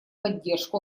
поддержку